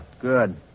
Good